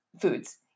foods